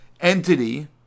entity